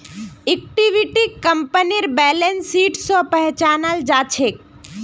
इक्विटीक कंपनीर balance sheet स पहचानाल जा छेक